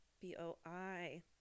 b-o-i